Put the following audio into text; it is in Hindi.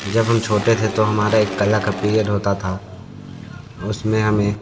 जब हम छोटे थे तो हमारा एक कला का पीरियड होता था उसमें हमें